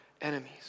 enemies